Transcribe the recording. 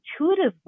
intuitively